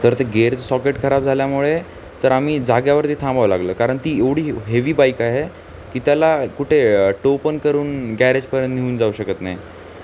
तर ते गिअरचं सॉकेट खराब झाल्यामुळे तर आम्ही जाग्यावरती थांबावं लागलं कारण ती एवढी हेवी बाईक आहे की त्याला कुठे टो पण करून गॅरेजपर्यंत नेऊन जाऊ शकत नाही